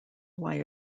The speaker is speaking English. why